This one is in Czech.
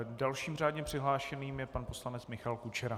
Dalším řádně přihlášeným je pan poslanec Michal Kučera.